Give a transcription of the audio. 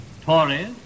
Tories